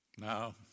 Now